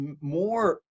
more